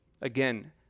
Again